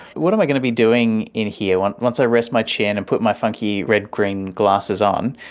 what am i going to be doing in here once once i rest my chin and put my funky red green glasses on,